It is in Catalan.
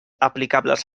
aplicables